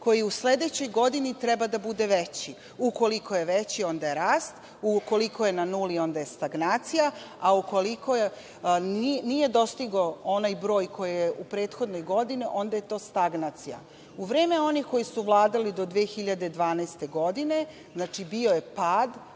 koji u sledećoj godini treba da bude veći. Ukoliko je veći, onda je rast, ukoliko je na nuli onda je stagnacija, a ukoliko nije dostigao onaj broj koji je u prethodnoj godini, onda je to stagnacija.U vreme onih koji su vladali do 2012. godine, znači bio je pad,